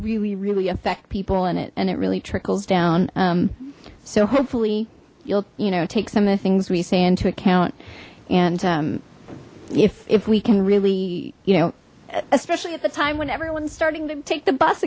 really really affect people in it and it really trickles down so hopefully you'll you know take some of the things we say into account and if if we can really you know especially at the time when everyone's starting to take the bus